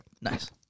nice